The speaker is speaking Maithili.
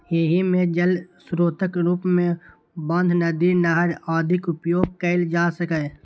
एहि मे जल स्रोतक रूप मे बांध, नदी, नहर आदिक उपयोग कैल जा सकैए